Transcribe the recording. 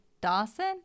Dawson